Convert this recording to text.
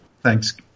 Thanks